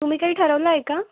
तुम्ही काही ठरवलं आहे का